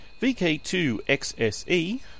VK2XSE